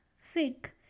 sick